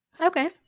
Okay